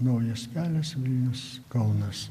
naujas kelias vilnius kaunas